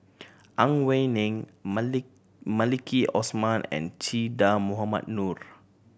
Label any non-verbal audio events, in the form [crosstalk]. Ang Wei Neng [unintelligible] Maliki Osman and Che Dah Mohamed Noor